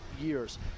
years